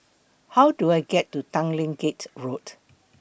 How Do I get to Tanglin Gate Road